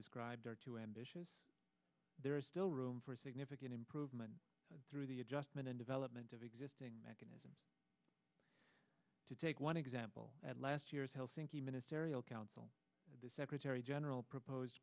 described are too ambitious there is still room for significant improvement through the adjustment and development of existing mechanisms to take one example at last year's helsinki ministerial council the secretary general proposed